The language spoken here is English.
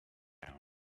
down